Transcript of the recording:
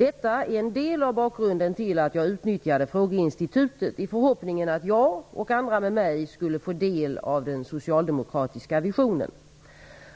Detta är en del av bakgrunden till att jag utnyttjade frågeinstitutet i förhoppningen att jag och andra med mig skulle få del av den socialdemokratiska visionen.